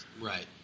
Right